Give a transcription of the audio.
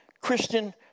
Christian